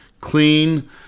clean